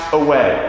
away